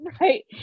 Right